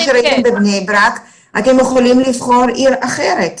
כמו שראיתם בבני ברק אתם יכולים לבחור עיר אחרת.